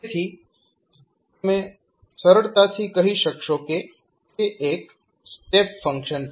તેથી તમે સરળતાથી કહી શકશો કે તે એક સ્ટેપ ફંક્શન છે